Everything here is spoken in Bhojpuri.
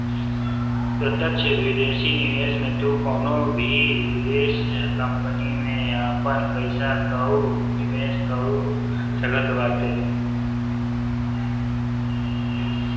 प्रत्यक्ष विदेशी निवेश में तू कवनो भी विदेश कंपनी में आपन पईसा कअ निवेश कअ सकत बाटअ